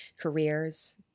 careers